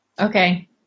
Okay